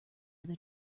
other